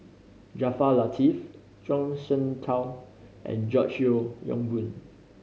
Jaafar Latiff Zhuang Shengtao and George Yeo Yong Boon